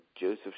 Joseph